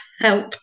help